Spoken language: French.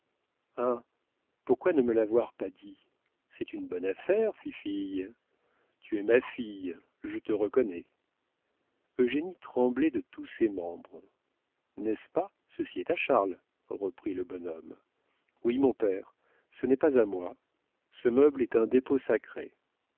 pourquoi ne me l'avoir pas dit c'est une bonne affaire fifille tu es ma fille je te reconnais eugénie tremblait de tous ses membres n'est-ce pas ceci est à charles reprit le bonhomme oui mon père ce n'est pas à moi ce meuble est un dépôt sacré